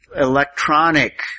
electronic